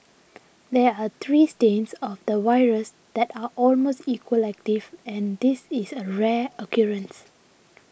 there are three strains of the virus that are almost equally active and this is a rare occurrence